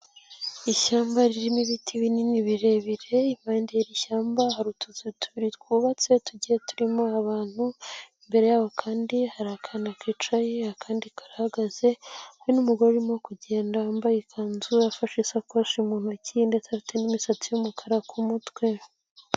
Ishyamba ririmo ibiti binini birebire, impande y'iri ishyamba hari utuzu tubiri twubatse, tugiye turimo abantu, imbere yabo kandi hari akana kicaye, akandi karahagaze, hari n'umugore urimo kugenda wambaye ikanzu, afashe isakoshi mu ntoki ndetse afite n'imisatsi y'umukara ku mutwe.